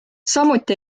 samuti